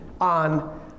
on